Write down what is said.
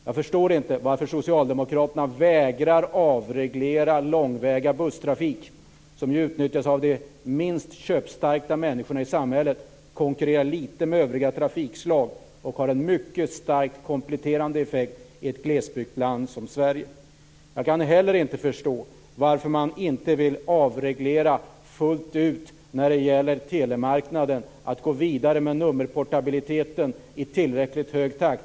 Jag förstår inte varför socialdemokraterna vägrar avreglera långväga busstrafik, som ju utnyttjas av de minst köpstarka människorna i samhället, konkurrerar litet med övriga trafikslag och har en mycket starkt kompletterande effekt i ett glesbygdsland som Sverige. Jag kan heller inte förstå varför man inte vill avreglera telemarknaden fullt ut och gå vidare med nummerportabiliteten i tillräckligt hög takt.